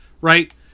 right